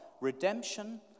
Redemption